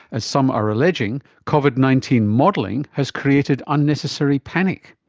as some are alleging, covid nineteen modelling has created unnecessary panic.